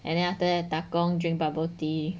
and then after that 打工 drink bubble tea